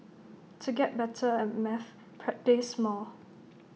to get better at maths practise more